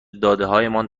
دادههایمان